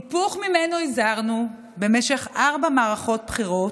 היפוך שממנו הזהרנו במשך ארבע מערכות בחירות,